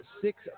Six